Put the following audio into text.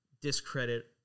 discredit